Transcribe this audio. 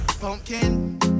pumpkin